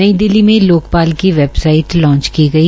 नई दिल्ली में लोकपाल की वेबसाइट लांच की गई